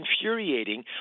infuriating